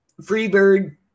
Freebird